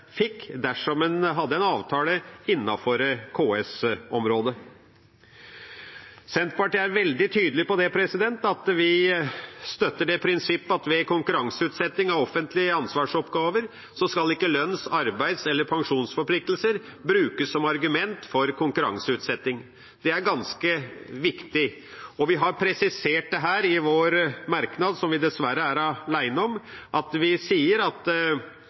fikk dersom en hadde en avtale innenfor KS-området. Senterpartiet er veldig tydelig på at vi støtter det prinsippet at ved konkurranseutsetting av offentlige ansvarsoppgaver skal ikke lønns-, arbeids- eller pensjonsforpliktelser brukes som argument. Det er ganske viktig. Vi har presisert dette i vår merknad, som vi dessverre er alene om, der vi sier at